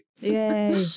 Yay